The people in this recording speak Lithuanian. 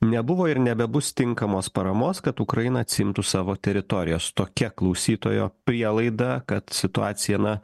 nebuvo ir nebebus tinkamos paramos kad ukraina atsiimtų savo teritorijas tokia klausytojo prielaida kad situacija na